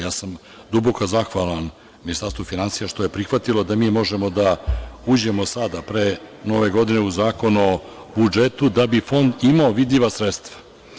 Ja sam duboko zahvalan Ministarstvu finansija što je prihvatilo da mi možemo da uđemo sada, pre nove godine, u zakon o budžetu, da bi Fond imao vidljiva sredstva.